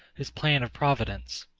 his plan of providence?